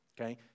Okay